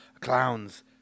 Clowns